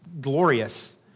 glorious